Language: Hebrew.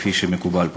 כפי שמקובל פה.